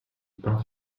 pain